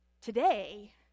today